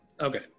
okay